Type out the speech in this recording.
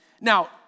Now